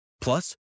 Plus